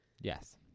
Yes